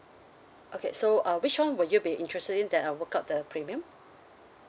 okay so uh which [one] would you be interested in that I work out the premium